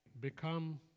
become